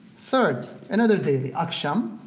third, another daily, aksam,